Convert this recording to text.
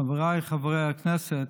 חבריי חברי הכנסת,